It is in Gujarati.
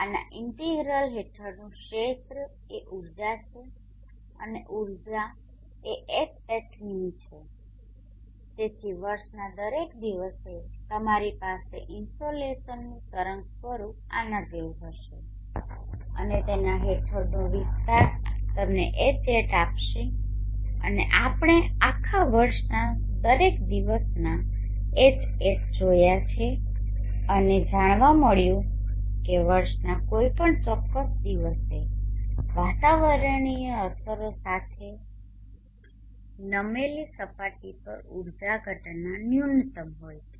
આના ઇન્ટિગ્રલ હેઠળનુ ક્ષેત્ર એ ઊર્જા છે અને ઊર્જા એ Hatmin છે તેથીવર્ષના દરેક દિવસે તમારી પાસે ઇન્સોલેશનનુ તરંગ સ્વરૂપ આના જેવું હશે અને તેના હેઠળનો વિસ્તાર તમને Hat આપશે અને આપણે આખા વર્ષના દરેક દિવસના Hat જોયા અને જાણવા મળ્યું કે વર્ષના કોઈ ચોક્કસ દિવસે વાતાવરણીય અસરો સાથે નમેલી સપાટી પર ઊર્જા ઘટના ન્યુનત્તમ હોય છે